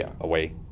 away